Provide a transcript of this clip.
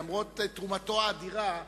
למרות תרומתו האדירה,